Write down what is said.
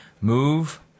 move